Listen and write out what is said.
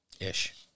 Ish